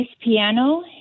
piano